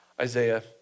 Isaiah